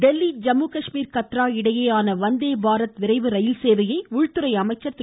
புதுதில்லி ஜம்முகாஷ்மீர் கத்ரா இடையேயான வந்தே பாரத் விரைவு ரயில்சேவையை உள்துறை அமைச்சர் திரு